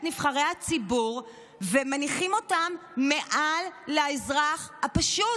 נבחרי הציבור ומניחים אותם מעל לאזרח הפשוט?